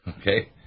Okay